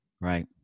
right